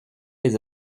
les